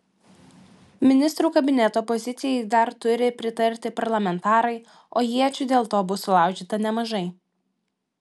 ministrų kabineto pozicijai dar turi pritarti parlamentarai o iečių dėl to bus sulaužyta nemažai